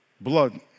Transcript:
blood